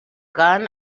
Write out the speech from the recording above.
gun